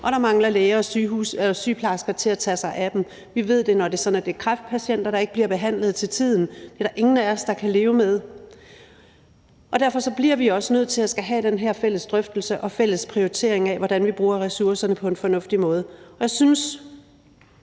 og der mangler læger og sygeplejersker til at tage sig af dem. Vi ved det, når det er sådan, at der er kræftpatienter, der ikke bliver behandlet til tiden. Det er der ingen af os der kan leve med. Derfor bliver vi også nødt til at skulle have den her fælles drøftelse og fælles prioritering af, hvordan vi bruger ressourcerne på en fornuftig måde.